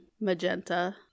magenta